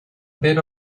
bit